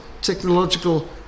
technological